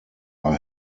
are